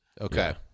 Okay